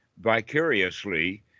vicariously